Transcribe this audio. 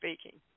speaking